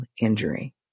injury